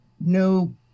no